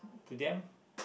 to them